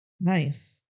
Nice